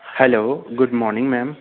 hello good morning ma'am